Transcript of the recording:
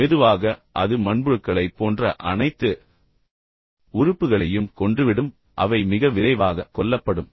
பின்னர் மெதுவாக அது மண்புழுக்களைப் போன்ற அனைத்து உறுப்புகளையும் கொன்றுவிடும் மேலும் அவை மிக விரைவாக கொல்லப்படும்